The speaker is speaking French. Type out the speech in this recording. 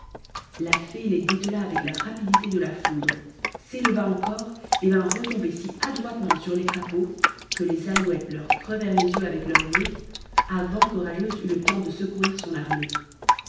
la fée les détela avec la rapidité de la foudre s'éleva encore et vint retomber si adroitement sur les crapauds que les alouettes leur crevèrent les yeux avec leurs griffes avant que rageuse eût le temps de secourir son armée